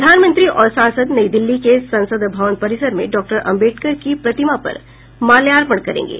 प्रधानमंत्री और सांसद नई दिल्ली के संसद भवन परिसर में डाक्टर आंबेडकर की प्रतिमा पर माल्यार्पण करेंगे